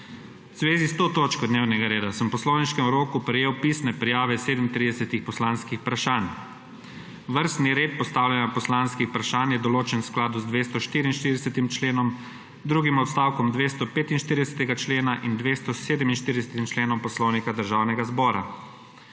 zvezi s to točko dnevnega reda sem v poslovniškem roku prejel pisne prijave 37 poslanskih vprašanj. Vrstni red postavljanja poslanskih vprašanj je določen v skladu z 244. členom, drugim odstavkom 245. člena in 247. členom Poslovnika Državnega zbora.